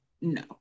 no